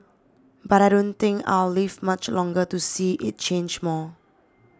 but I don't think I'll live much longer to see it change more